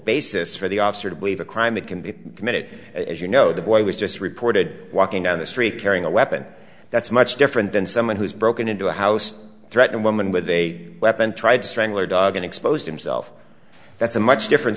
basis for the officer to believe a crime that can be committed as you know the boy was just reported walking down the street carrying a weapon that's much different than someone who's broken into a house threatened woman with a weapon tried to strangle her dog and exposed himself that's a much different